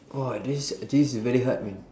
!wah! this this is very hard man